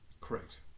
Correct